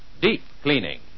deep-cleaning